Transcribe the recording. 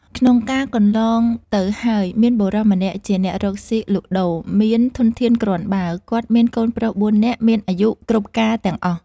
ក្នុងកាលកន្លងទៅហើយ មានបុរសម្នាក់ជាអ្នករកស៊ីលក់ដូរ មានធនធានគ្រាន់ បើ គាត់មានកូនប្រុស៤នាក់មានអាយុគ្រប់ការទាំងអស់ ។